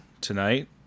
tonight